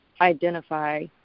identify